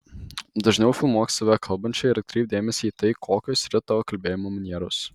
dažniau filmuok save kalbančią ir atkreipk dėmesį į tai kokios yra tavo kalbėjimo manieros